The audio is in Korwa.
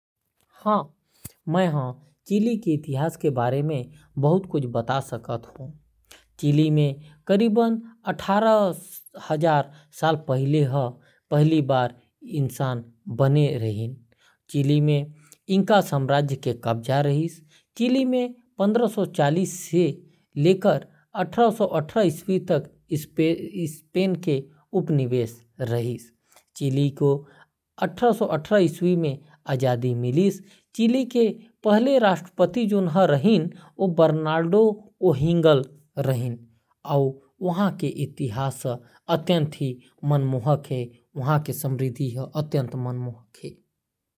सबले पहिली लोगन करीबन अट्ठारह हजार बछर पहिली चिली म बसे रिहीन। सोलहवां सदी म स्पेन ह चिली म कब्जा करना शुरू कर दीस। चिली पंद्रह सो चालीस ले अठारह सो अठारह तक स्पेनिश कॉलोनी रिहिस। चिली ल बछर अट्ठारह सौ अट्ठारह म स्पेन ले आजादी मिले रिहीस। चिली म कृषि, साल्टपीटर, अउ तांबा के निर्यात ले आजादी के बाद आर्थिक वृद्धि के अनुभव होइस। चिली म सरकार मनके कई ठिन बदलाव होय हे। बछर उन्नीस सौ तिहत्तर म जनरल ऑगस्टो पिनोशे ह तख्तापलट ल उखाड़ फेंके अउ सैन्य तानाशाही बनाय रिहीन। बछर उन्नीस सौ नब्बे म चिली ह लोकतंत्र म शांतिपूर्ण संक्रमण करे रीहिस।